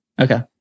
Okay